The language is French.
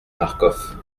marcof